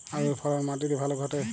আলুর ফলন মাটি তে ভালো ঘটে?